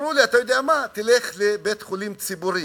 אמרו לי: אתה יודע מה, תלך לבית-חולים ציבורי.